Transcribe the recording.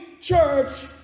church